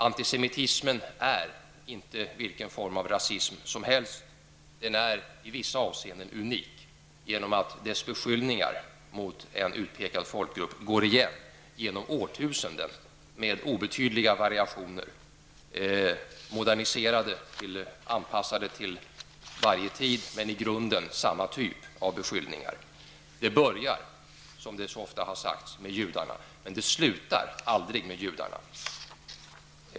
Antisemtism är inte vilken form av rasism som helst. Den är i vissa avseenden unik genom att dess beskyllningar mot en viss utpekad folkgrupp går igen genom årtusenden med obetydliga variationer, moderniserade och anpassade till varje tid. Men i grunden är det samma typ av beskyllningar. Det börjar, som det så ofta har sagts, med judarna. Men det slutar aldrig med judarna.